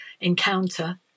encounter